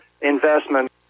investment